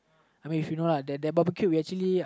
I mean if you know lah that barbecue we actually